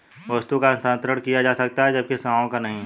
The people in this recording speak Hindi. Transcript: वस्तु का हस्तांतरण किया जा सकता है जबकि सेवाओं का नहीं